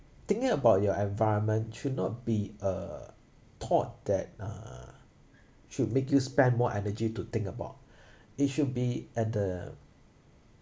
thinking about your environment should not be a thought that uh should make you spend more energy to think about it should be at the